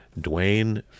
Dwayne